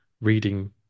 reading